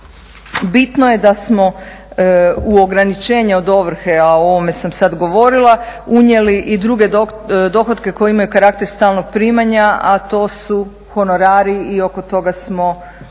Bitno je da smo u ograničenje od ovrhe, a o ovome sam sad govorila, unijeli i druge dohotke koji imaju karakter stalnog primanja, a to su honorari. I oko toga smo